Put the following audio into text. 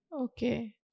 Okay